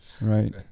Right